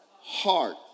heart